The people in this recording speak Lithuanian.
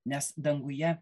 nes danguje